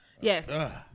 Yes